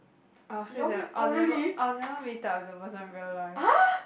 I will still ne~ I will never I will never meet up with the person real life